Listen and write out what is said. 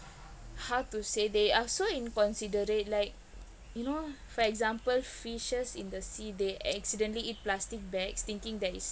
how to say they are so inconsiderate like you know for example fishes in the sea they accidentally eat plastic bags thinking that is